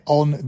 on